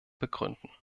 begründen